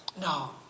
No